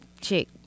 chick